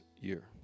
year